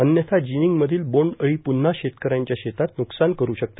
अन्यथा जिनिंग मधील बोन्ड अळी पून्हा शेतकऱ्यांच्या शेतात न्कसान करू शकते